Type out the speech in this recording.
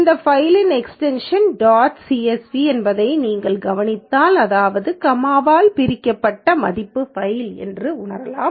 இந்த ஃபைலின் extension dot CSV என்பதை நீங்கள் கவனித்தால் அதாவது கமாவால் பிரிக்கப்பட்ட மதிப்பு ஃபைல் என்று உணரலாம்